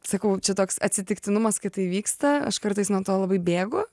sakau čia toks atsitiktinumas kad tai vyksta aš kartais nuo to labai bėgu